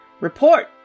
Report